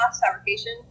fabrication